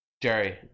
Jerry